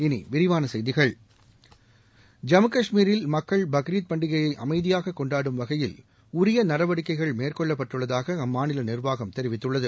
இனி விரிவான செய்திகள் ஜம்மு கஷ்மீரில் மக்கள் பக்ரீத் பண்டிகையை அமைதியாக கொண்டாடும் வகையில் உரிய நடவடிக்கைகள் மேற்கொள்ளப்பட்டுள்ளதாக அம்மாநில நிர்வாகம் தெரிவித்துள்ளது